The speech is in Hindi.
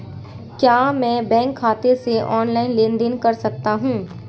क्या मैं बैंक खाते से ऑनलाइन लेनदेन कर सकता हूं?